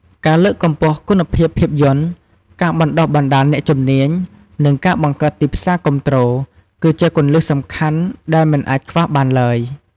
ការលើកកម្ពស់គុណភាពភាពយន្ត ការបណ្ដុះបណ្ដាលអ្នកជំនាញ និងការបង្កើតទីផ្សារគាំទ្រ គឺជាគន្លឹះសំខាន់ដែលមិនអាចខ្វះបានឡើយ។